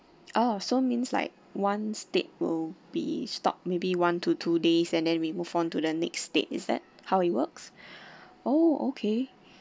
oh so means like one state will be stopped maybe one to two days and then we move on to the next state is that how it works oh okay